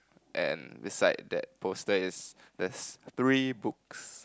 and beside that poster is this three books